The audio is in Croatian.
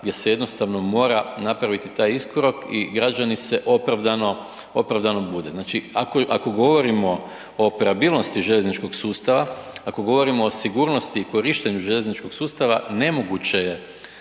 gdje se jednostavno mora napraviti taj iskorak i građani se opravdano bune. Znači ako govorimo o operabilnosti željezničkog sustava, ako govorimo o sigurnosti i korištenju željezničkog sustava, nemoguće je